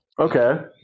Okay